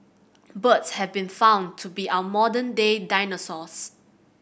birds have been found to be our modern day dinosaurs